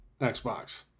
Xbox